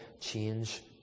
change